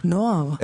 נוער,